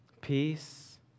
peace